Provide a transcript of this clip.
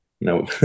no